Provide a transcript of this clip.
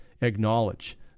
acknowledge